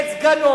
את סגנו,